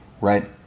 right